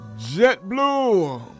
JetBlue